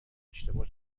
اشتباه